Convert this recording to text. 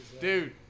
Dude